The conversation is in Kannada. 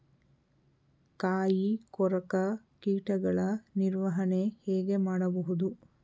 ಕಾಯಿ ಕೊರಕ ಕೀಟಗಳ ನಿರ್ವಹಣೆ ಹೇಗೆ ಮಾಡಬಹುದು?